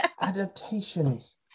Adaptations